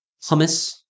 hummus